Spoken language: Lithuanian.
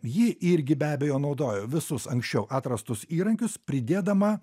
ji irgi be abejo naudojo visus anksčiau atrastus įrankius pridėdama